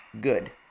Good